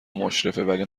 مشرفه، ولی